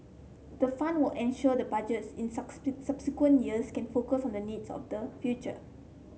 the fund will ensure the Budgets in subsequent years can focus on the needs of the future